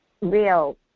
real